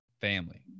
Family